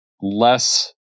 less